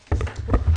רבה, הישיבה נעולה.